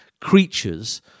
creatures